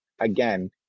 again